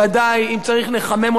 אם צריך, נחמם אותה גם.